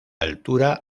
altura